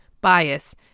bias